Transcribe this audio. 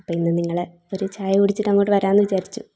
അപ്പോൾ ഇന്ന് നിങ്ങളെ ഒരു ചായ കുടിച്ചിട്ട് അങ്ങോട്ട് വരാമെന്ന് വിചാരിച്ചു